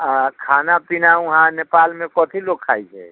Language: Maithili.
आओर खाना पीना उहाँ नेपालमे कथी लोक खाइ छै